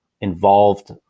involved